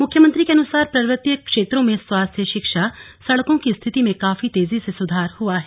मुख्यमंत्री के अनुसार पर्वतीय क्षेत्रों मे स्वास्थ्य शिक्षा सड़कों की स्थिति में काफी तेजी से सुधार हुआ है